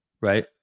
right